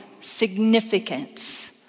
significance